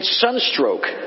sunstroke